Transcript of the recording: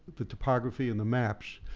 the topography and the maps,